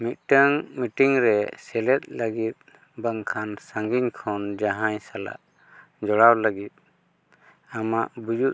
ᱢᱤᱫᱴᱟᱹᱝ ᱢᱤᱴᱤᱝ ᱨᱮ ᱥᱮᱞᱮᱫ ᱞᱟᱹᱜᱤᱫ ᱵᱟᱝᱠᱷᱟᱱ ᱥᱟᱺᱜᱤᱧ ᱠᱷᱚᱱ ᱡᱟᱦᱟᱸᱭ ᱥᱟᱞᱟᱜ ᱡᱚᱲᱟᱣ ᱞᱟᱹᱜᱤᱫ ᱟᱢᱟᱜ ᱵᱩᱡᱩᱫ